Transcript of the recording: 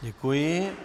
Děkuji.